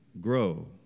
grow